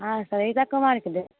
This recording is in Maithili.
अहाँ सविता कुमारके देबै